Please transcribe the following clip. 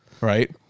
right